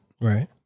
Right